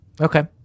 Okay